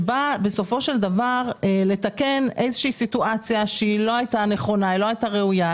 שבא לתקן איזושהי סיטואציה שלא הייתה נכונה וראויה.